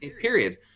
period